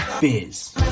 biz